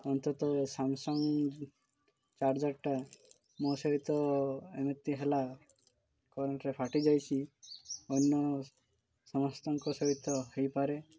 ଅନ୍ତତଃ ସାମସଙ୍ଗ୍ ଚାର୍ଜରଟା ମୋ ସହିତ ଏମିତି ହେଲା କରେଣ୍ଟରେ ଫାଟି ଯାଇଛି ଅନ୍ୟ ସମସ୍ତଙ୍କ ସହିତ ହେଇପାରେ